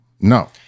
No